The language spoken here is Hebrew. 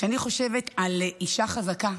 כשאני חושבת על אישה חזקה,